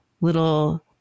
little